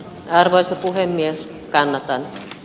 arvoisa puhemies kannattaa